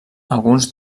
alguns